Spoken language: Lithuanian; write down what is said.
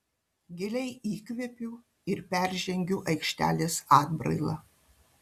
giliai įkvepiu ir peržengiu aikštelės atbrailą